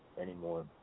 anymore